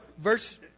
verse